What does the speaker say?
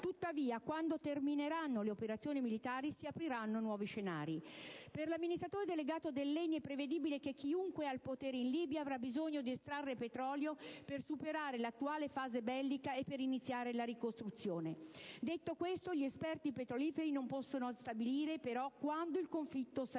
Tuttavia, quando termineranno le operazioni militari si apriranno nuovi scenari. Per l'amministratore delegato dell'ENI è prevedibile che chiunque è al potere in Libia avrà bisogno di estrarre petrolio per superare l'attuale fase bellica e per iniziare la ricostruzione. Detto questo gli esperti petroliferi non possono stabilire però quando il conflitto sarà